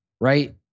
right